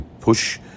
push